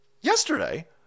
yesterday